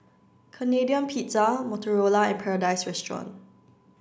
Canadian Pizza Motorola and Paradise Restaurant